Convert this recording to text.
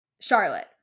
Charlotte